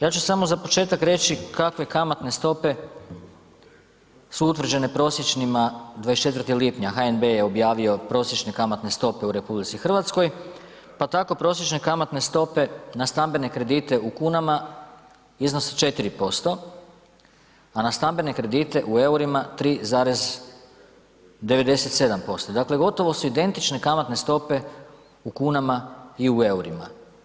Ja ću samo za početak reći kakve kamatne stope su utvrđene prosječnima 24. lipnja, HNB je objavio prosječne kamatne stope u RH, pa tako prosječne kamatne stope na stambene kredite u kunama iznose 4%, a na stambene kredite u EUR-ima 3,97%, dakle, gotovo su identične kamatne stope u kunama i u EUR-ima.